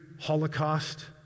holocaust